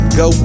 go